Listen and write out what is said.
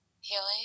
healing